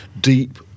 deep